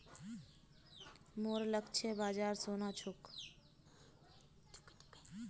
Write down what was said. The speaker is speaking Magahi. मोर लक्ष्य बाजार सोना छोक